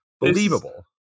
believable